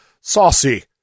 saucy